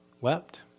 wept